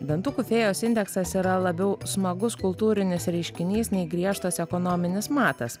dantukų fėjos indeksas yra labiau smagus kultūrinis reiškinys nei griežtas ekonominis matas